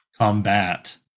Combat